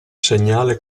segnale